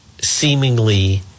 seemingly